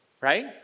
right